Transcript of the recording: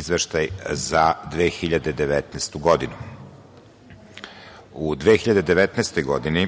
izveštaj za 2019. godinu.U 2019. godini,